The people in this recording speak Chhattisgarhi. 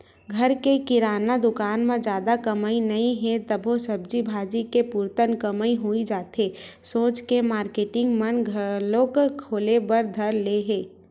घर के किराना दुकान म जादा कमई नइ हे तभो सब्जी भाजी के पुरतन कमई होही जाथे सोच के मारकेटिंग मन घलोक खोले बर धर ले हे